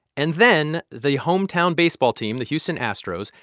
and then the hometown baseball team, the houston astros,